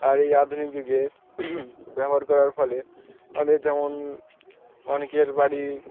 আর এই আধুনিক যুগে ব্যবহার করার ফলে আমাদের যেমন অনেকের বাড়ি